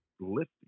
lifting